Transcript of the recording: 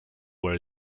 where